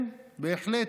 כן, בהחלט.